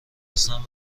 هستن